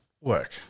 work